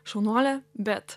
šaunuolė bet